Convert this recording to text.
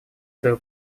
свою